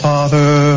Father